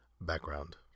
Background